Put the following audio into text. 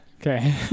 Okay